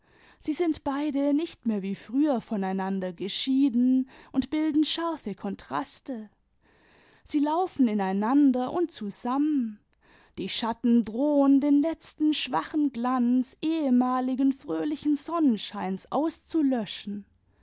sie sind beide nicht mehr wie früher voneinander geschieden und bilden scharfe kontraste sie laufen ineinander und zusammen die schatten drohen den letzten schwachen glanz ehemaligen fröhlichen sonnenscheins auszulöschen